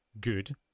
good